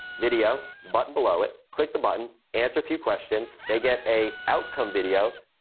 video, button below it, click the button, answer a few questions, they get a outcome video.